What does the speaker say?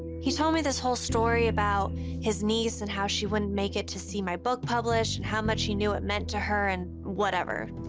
he told me this whole story about his niece and how she wouldn't make it to see my book published and how much he knew it meant to her and whatever.